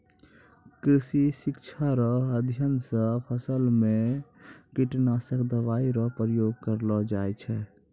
कृषि शिक्षा रो अध्ययन से फसल मे कीटनाशक दवाई रो प्रयोग करलो जाय छै